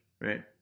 Right